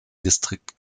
distrikt